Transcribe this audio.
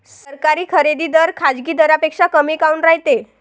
सरकारी खरेदी दर खाजगी दरापेक्षा कमी काऊन रायते?